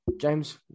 James